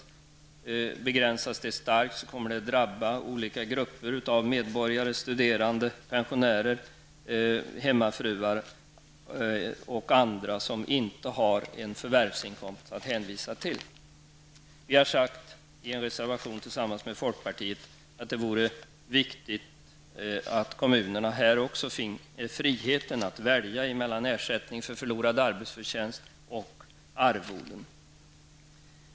Begränsas det starkt kommer det att drabba olika grupper av medborgare -- studerande, pensionärer, hemmafruar och andra -- som inte har en förvärvsinkomst att hänvisa till. Vi har i en reservation som vi har avgivit tillsammans med folkpartiet sagt att det vore viktigt att kommunerna också här finge friheten att välja mellan ersättning för förlorad arbetsförtjänst och arvoden.